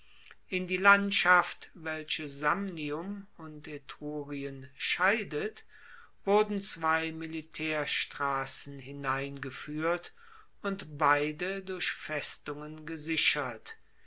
in die landschaft welche samnium und etrurien scheidet wurden zwei militaerstrassen hineingefuehrt und beide durch festungen gesichert